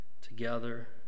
together